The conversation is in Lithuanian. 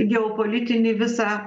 geopolitinį visą